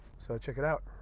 so check it out.